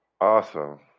Awesome